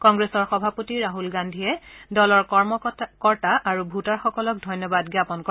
কংগ্ৰেছৰ সভাপতি ৰাছল গান্ধীয়ে দলৰ কৰ্মকৰ্তা আৰু ভোটাৰসকলক ধন্যবাদ জ্ঞাপন কৰে